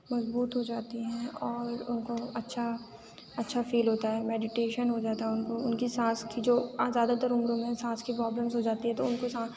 مضبوط ہو جاتی ہیں اور ان کو اچھا اچھا فیل ہوتا ہے میڈیٹیشن ہو جاتا ہے ان کو ان کی سانس کی جو زیادہ تر عمر میں سانس کی پرابلمس ہو جاتی ہے تو ان کو سانس